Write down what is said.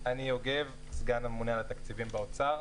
אני סגן הממונה על התקציבים באוצר.